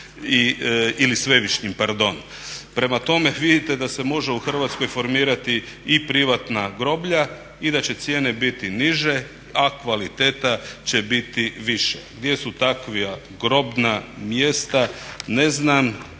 ili svevišnjim, pardon. Prema tome, vidite da se može u Hrvatskoj formirati i privatna groblja i da će cijene biti niže, a kvaliteta će biti viša. Gdje su takva grobna mjesta ne znam,